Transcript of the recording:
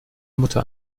mutter